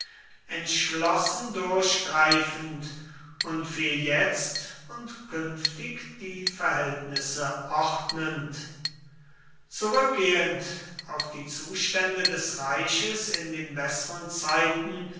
entschlossen durchgreifend und für jetzt und künftig die verhältnisse ordnend zurückgehend auf die zustände des reiches in den besseren zeiten